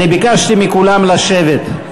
אני ביקשתי מכולם לשבת.